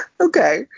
Okay